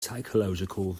psychological